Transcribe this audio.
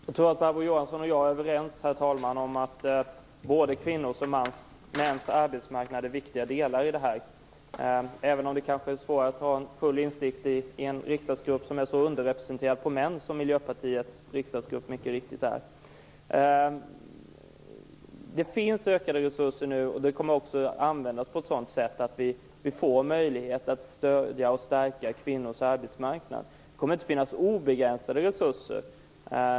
Herr talman! Jag tror att Barbro Johansson och jag är överens om att både kvinnors och mäns arbetsmarknad är viktiga delar i det här. Men det kanske är svårare att ha full insikt i en riksdagsgrupp som är så underrepresenterad på män som Miljöpartiets riksdagsgrupp mycket riktigt är. Det finns ökade resurser nu. Det kommer att göra att vi får möjlighet att stödja och stärka kvinnornas arbetsmarknad. Men det kommer inte att finnas obegränsade resurser.